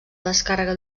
descàrrega